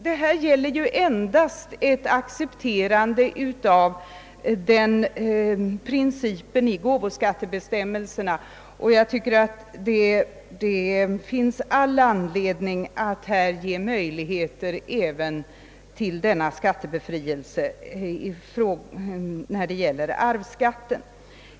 Det gäller endast att acceptera denna princip i gåvoskattebestämmelserna, och jag tycker det finns all anledning att ge skattebefrielse även när det gäller arvsskatt.